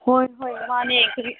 ꯍꯣꯏ ꯍꯣꯏ ꯃꯥꯅꯦ ꯀꯔꯤ